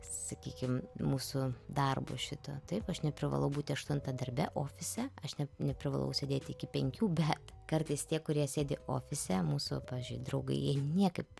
sakykime mūsų darbo šito taip aš neprivalau būti aštuntą darbe ofise aš net neprivalau sėdėti iki penkių bet kartais tie kurie sėdi ofise mūsų pavyzdžiui draugai jie niekaip